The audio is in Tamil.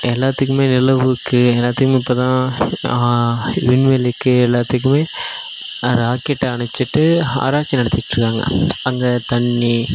எல்லாத்துக்குமே நிலவுக்கு எல்லாத்துக்குமே இப்போ தான் விண்வெளிக்கு எல்லாத்துக்குமே ராக்கெட் அனுப்பிச்சிட்டு ஆராய்ச்சி நடத்திகிட்டுருக்காங்க அங்கே தண்ணி